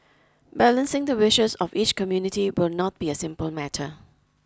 balancing the wishes of each community will not be a simple matter